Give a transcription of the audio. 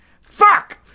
Fuck